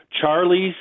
Charlie's